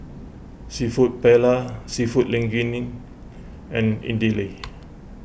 Seafood Paella Seafood Linguine and Idili